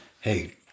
Hey